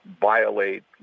violate